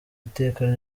iteka